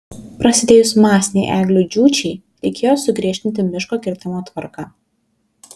prasidėjus masinei eglių džiūčiai reikėjo sugriežtinti miško kirtimo tvarką